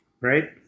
Right